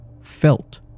felt